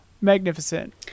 magnificent